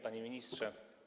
Panie Ministrze!